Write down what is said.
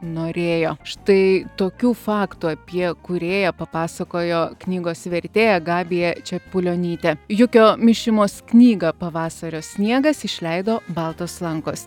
norėjo štai tokių faktų apie kūrėją papasakojo knygos vertėja gabija čepulionytė jukio mišimos knygą pavasario sniegas išleido baltos lankos